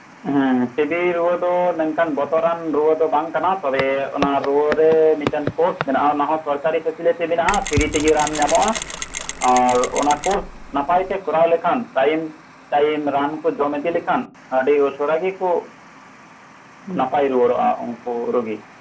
ᱦᱮᱸ ᱴᱤᱵᱤ ᱨᱩᱣᱟᱹᱫᱚ ᱱᱚᱝᱠᱟᱱ ᱵᱚᱛᱚᱨᱟᱱ ᱨᱩᱣᱟᱹ ᱫᱚ ᱵᱟᱝᱠᱟᱱᱟ ᱛᱚᱵᱮ ᱚᱱᱟ ᱨᱩᱣᱟᱹᱨᱮ ᱢᱤᱫᱴᱟᱝ ᱠᱳᱨᱥ ᱢᱮᱱᱟᱜᱼᱟ ᱚᱱᱟᱦᱚᱸ ᱥᱚᱨᱠᱟᱨᱤ ᱯᱷᱮᱥᱤᱞᱮᱴᱤ ᱢᱮᱱᱟᱜᱼᱟ ᱯᱷᱨᱤᱛᱮᱜᱤ ᱨᱟᱱ ᱧᱟᱢᱚᱜᱼᱟ ᱟᱨ ᱚᱱᱟ ᱠᱳᱨᱥ ᱱᱟᱯᱟᱭᱛᱮ ᱠᱚᱨᱟᱣ ᱞᱮᱠᱷᱟᱱ ᱴᱟᱭᱤᱢ ᱴᱟᱭᱤᱢ ᱨᱟᱱᱠᱚ ᱡᱚᱢ ᱤᱫᱤ ᱞᱮᱠᱷᱟᱱ ᱟᱹᱰᱤ ᱩᱥᱟᱹᱨᱟ ᱜᱮᱠᱚ ᱱᱟᱯᱟᱭ ᱨᱩᱣᱟᱹᱲᱚᱜᱼᱟ ᱩᱱᱠᱩ ᱨᱩᱜᱤ